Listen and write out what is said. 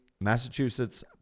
Massachusetts